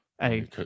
Hey